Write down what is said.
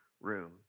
room